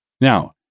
Now